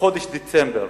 בחודש דצמבר